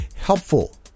helpful